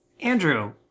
Andrew